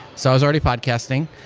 so i was already podcasting.